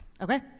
Okay